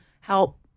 help